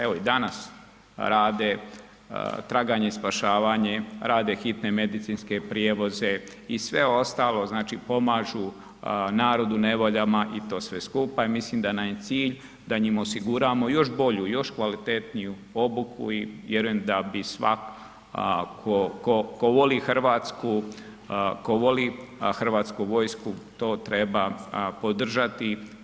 Evo i danas rade traganje i spašavanje, rade hitne medicinske prijevoze i sve ostalo, znači pomažu narodu u nevoljama i to sve skupa i mislim da nam je cilj da im osiguramo još bolju, još kvalitetniju obuku i vjerujem da bi svak ko voli Hrvatsku, ko voli Hrvatsku vojsku to treba podržati.